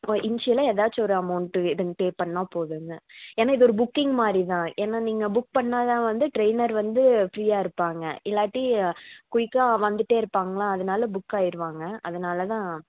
ஆ இன்ஷியலாக ஏதாச்சு ஒரு அமௌண்ட்டு வே எதுங்க பே பண்ணிணா போதுங்க ஏன்னால் இது ஒரு புக்கிங் மாதிரி தான் ஏன்னால் நீங்கள் புக் பண்ணிணா தான் வந்து ட்ரெயினர் வந்து ஃப்ரீயாக இருப்பாங்க இல்லாட்டி குயிக்காக வந்துகிட்டே இருப்பாங்களா அதனால புக் ஆகிருவாங்க அதனால தான்